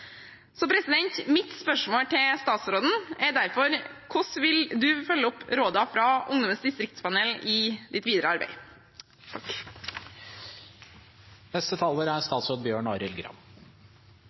Så mitt spørsmål til statsråden er derfor: Hvordan vil han følge opp rådene fra Ungdommens distriktspanel i sitt videre arbeid?